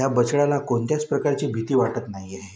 त्या बछड्याला कोणत्याच प्रकारची भीती वाटत नाही आहे